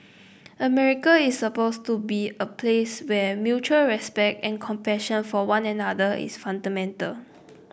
America is supposed to be a place where mutual respect and compassion for one another is fundamental